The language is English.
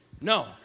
no